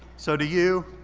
so to you,